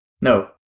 no